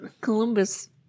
Columbus